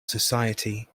society